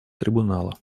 трибунала